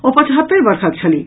ओ पचहत्तरि वर्षक छलीह